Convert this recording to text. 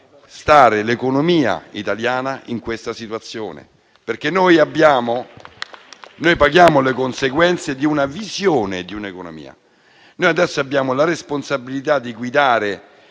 stare l'economia italiana in questa situazione. Noi paghiamo le conseguenze di una visione di un'economia. Noi adesso abbiamo la responsabilità di guidare